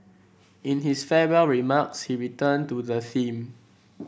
in his farewell remarks he returned to the theme